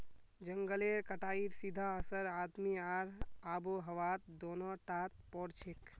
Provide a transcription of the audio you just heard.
जंगलेर कटाईर सीधा असर आदमी आर आबोहवात दोनों टात पोरछेक